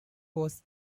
was